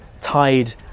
tied